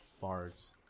bar's